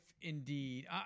indeed